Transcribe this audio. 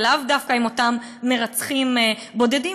ולאו דווקא עם אותם מרצחים בודדים,